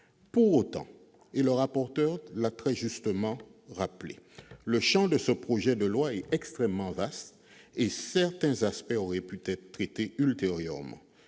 Pour autant, et le rapporteur l'a très justement rappelé, le champ de ce projet de loi d'habilitation est extrêmement vaste et certains aspects auraient pu être traités ultérieurement,